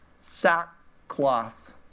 sackcloth